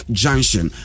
junction